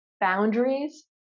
Boundaries